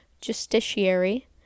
Justiciary